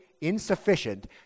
insufficient